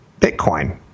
Bitcoin